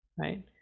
right